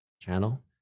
channel